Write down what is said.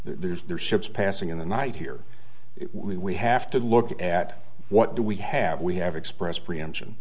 think there's ships passing in the night here we have to look at what do we have we have expressed preemption